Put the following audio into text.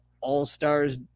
all-stars